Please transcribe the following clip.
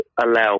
allow